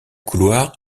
couloir